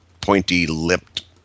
pointy-lipped